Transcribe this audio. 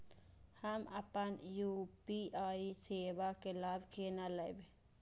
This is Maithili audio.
हम अपन यू.पी.आई सेवा के लाभ केना लैब?